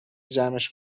جمعش